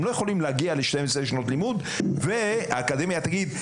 הם לא יכולים להגיע ל-12 שנות לימוד והאקדמיה תגיד: